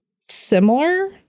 similar